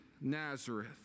Nazareth